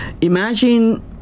Imagine